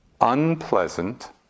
unpleasant